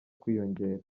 kwiyongera